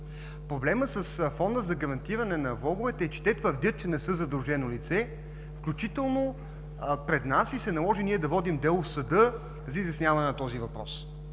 Проблемът с Фонда за гарантиране на влоговете е, че те твърдят, че не са задължено лице, включително пред нас, и се наложи да водим дело в съда за изясняване на този въпрос.